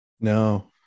No